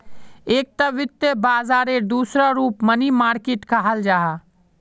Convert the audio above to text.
एकता वित्त बाजारेर दूसरा रूप मनी मार्किट कहाल जाहा